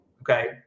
Okay